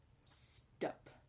Stop